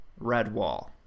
Redwall